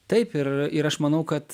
taip ir ir aš manau kad